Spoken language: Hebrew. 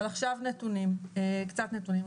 אבל עכשיו נתונים, קצת נתונים.